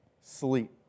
Sleep